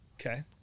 Okay